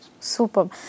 Super